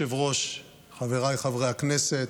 חבריי חברי הכנסת.